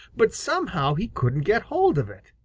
but somehow he couldn't get hold of it.